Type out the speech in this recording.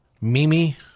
Mimi